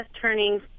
turning